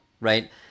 right